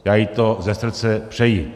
Já jí to ze srdce přeji.